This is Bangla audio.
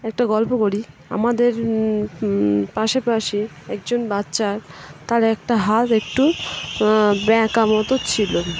একটা গল্প করি আমাদের পাশাপাশি একজন বাচ্চার তার একটা হাত একটু ব্যাকা মতো ছিল